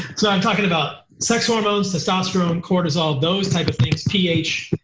so i'm talking about sex hormones, testosterone, cortisol, those types of things, ph.